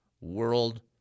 world